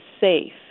safe